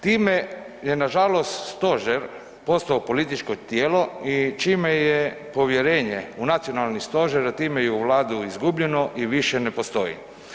Time je nažalost stožer postao političko tijelo i čime je povjerenje u nacionalni stožer, a time i u vladu izgubljeno i više ne postoji.